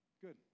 Good